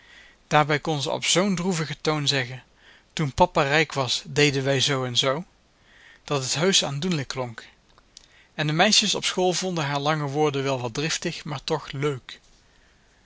daarbij kon ze op zoo'n droevigen toon zeggen toen papa rijk was deden wij zoo en zoo dat het heusch aandoenlijk klonk en de meisjes op school vonden haar lange woorden wel wat driftig maar toch leuk